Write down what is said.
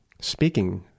speaking